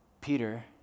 Peter